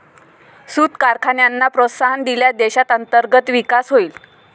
सूत कारखान्यांना प्रोत्साहन दिल्यास देशात अंतर्गत विकास होईल